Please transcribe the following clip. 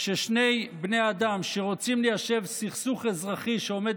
ששני בני אדם שרוצים ליישב סכסוך אזרחי שעומד